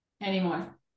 anymore